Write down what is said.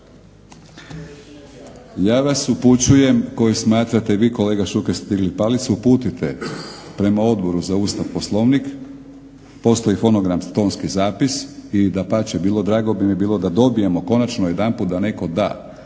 Ja vas upućujem, koji smatrate vi kolega Šuker ste digli palicu uputite prema Odboru za Ustav, Poslovnik. Postoji fonogram, tonski zapis i dapače, drago bi mi bilo da dobijemo konačno jedanput da netko da